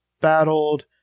battled